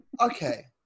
Okay